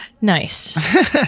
Nice